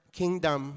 kingdom